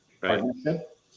partnership